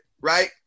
Right